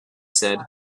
said